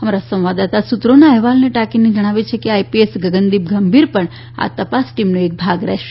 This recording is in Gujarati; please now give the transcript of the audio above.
અમારા સંવાદદાતા સૂત્રોના અહેવાલોને ટાંકીને જણાવે છે કે આઇપીએસ ગગનદીપ ગંભીર પણ તપાસ ટીમનો એક ભાગ રહેશે